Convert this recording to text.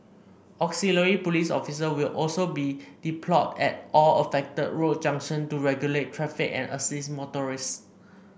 auxiliary police officer will also be deployed at all affected road junction to regulate traffic and assist motorists